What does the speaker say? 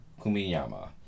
kumiyama